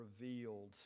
revealed